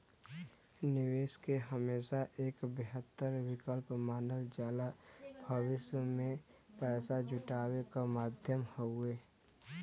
निवेश के हमेशा एक बेहतर विकल्प मानल जाला भविष्य में पैसा जुटावे क माध्यम हउवे